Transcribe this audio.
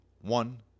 one